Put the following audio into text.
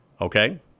Okay